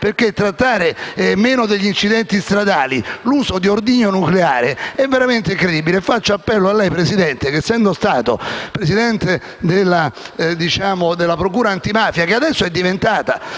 perché trattare meno degli incidenti stradali l'uso di ordigno nucleare è veramente incredibile. Signor Presidente, faccio appello a lei poiché, essendo stato Presidente della procura antimafia, che adesso è diventata